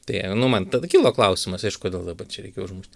tai nu man tada kilo klausimas aišku kodėl dabar čia reikia užmušti